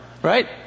Right